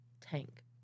tank